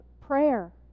prayer